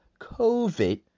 COVID